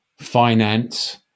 finance